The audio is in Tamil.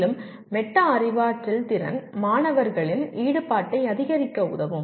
மேலும் மெட்டா அறிவாற்றல் திறன் மாணவர்களின் ஈடுபாட்டை அதிகரிக்க உதவும்